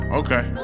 okay